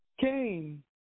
Cain